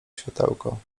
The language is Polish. światełko